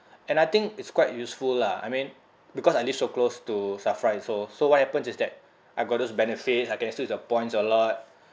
and I think it's quite useful lah I mean because I live so close to SAFRA and so so what happens is that I got those benefits I can still use the points a lot